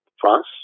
France